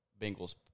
Bengals